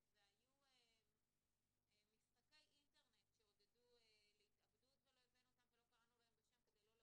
והיו משחקי אינטרנט שעודדו להתאבדות ולא הבאנו אותם ולא קראנו להם